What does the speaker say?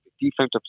defensive